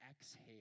exhale